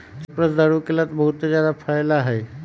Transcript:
cypress दारू के लता बहुत जादा फैला हई